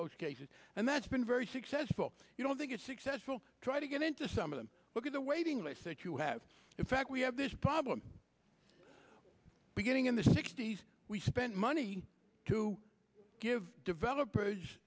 most cases and that's been very successful you don't think it's successful try to get into some of them look at the waiting lists that you have in fact we have this problem beginning in the sixty's we spent money to give developers